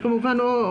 זה כמובן או